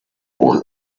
why